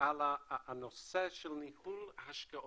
על הנושא של ניהול השקעות.